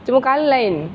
cuma colour lain